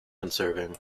conserving